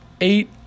eight